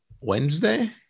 Wednesday